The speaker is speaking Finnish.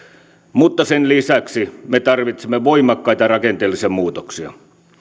mutta sen lisäksi me tarvitsemme voimakkaita rakenteellisia muutoksia